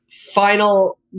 final